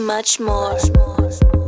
Muchmore